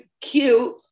cute